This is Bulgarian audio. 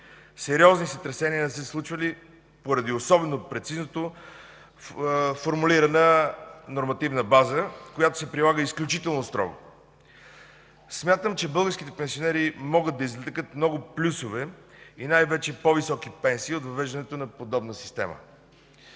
Сериозни сътресения не са се случвали, поради особено прецизно формулираната нормативна база, която се прилага изключително строго. Смятам, че българските пенсионери могат да извлекат много плюсове и най-вече по-високи пенсии от въвеждането на подобна система.